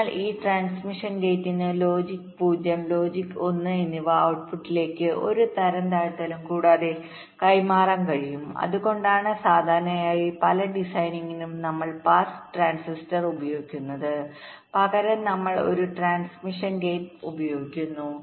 അതിനാൽ ഈ ട്രാൻസ്മിഷൻ ഗേറ്റിന് ലോജിക് 0 ലോജിക് 1 എന്നിവ ഔട്ട്പുട്ടിലേക്ക് ഒരു തരംതാഴ്ത്തലും കൂടാതെ കൈമാറാൻ കഴിയും അതുകൊണ്ടാണ് സാധാരണയായി പല ഡിസൈനിനും നമ്മൾ പാസ് ട്രാൻസിസ്റ്റർ ഉപയോഗിക്കാതിരിക്കുന്നത് പകരം നമ്മൾ ഒരു ട്രാൻസ്മിഷൻ ഗേറ്റ് ഉപയോഗിക്കുന്നു